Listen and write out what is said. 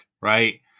right